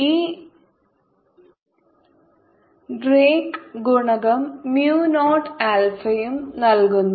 ഈ ഡ്രേക്ക് ഗുണകം mu naught ആൽഫയും നൽകുന്നു